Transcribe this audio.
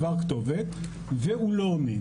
עבר כתובת והוא לא עונה.